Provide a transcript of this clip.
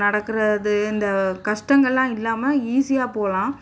நடக்கிறது இந்த கஷ்டங்கள்லாம் இல்லாமல் ஈஸியாக போகலாம்